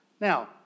Now